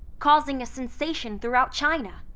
causing a sensation throughout china.